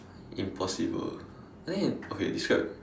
impossible I think can okay describe